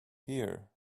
here